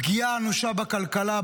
פגיעה אנושה בכלכלה,